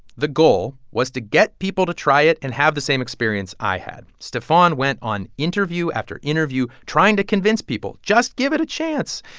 the goal was to get people to try it and have the same experience i had. stephon went on interview after interview trying to convince people, just give it a chance.